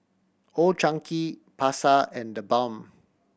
Old Chang Kee Pasar and TheBalm